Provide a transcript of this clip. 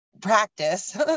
practice